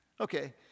Okay